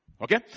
Okay